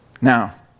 Now